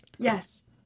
Yes